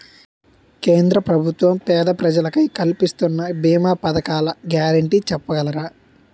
కేంద్ర ప్రభుత్వం పేద ప్రజలకై కలిపిస్తున్న భీమా పథకాల గ్యారంటీ చెప్పగలరా?